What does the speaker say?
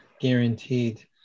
guaranteed